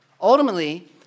Ultimately